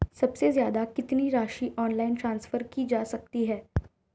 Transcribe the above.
सबसे ज़्यादा कितनी राशि ऑनलाइन ट्रांसफर की जा सकती है?